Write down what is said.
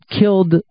killed